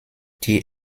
die